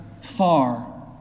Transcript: far